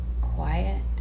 quiet